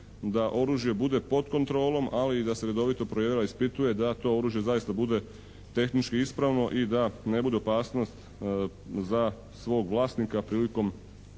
da oružje bude pod kontrolom, ali i da se redovito provjerava i ispituje da to oružje zaista bude tehnički ispravno i da ne bude opasnost za svog vlasnika prilikom